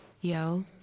Yo